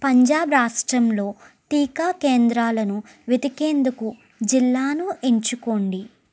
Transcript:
పంజాబ్ రాష్ట్రంలో టీకా కేంద్రాలను వెతికేందుకు జిల్లాను ఎంచుకోండి